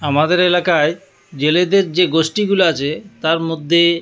আমাদের এলাকায় জেলেদের যে গোষ্ঠীগুলো আছে তার মধ্যে